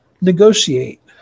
Negotiate